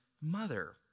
mother